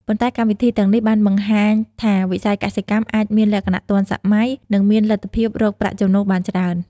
ប៉ុន្តែកម្មវិធីទាំងនេះបានបង្ហាញថាវិស័យកសិកម្មអាចមានលក្ខណៈទាន់សម័យ និងមានលទ្ធភាពរកប្រាក់ចំណូលបានច្រើន។